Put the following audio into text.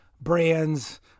brands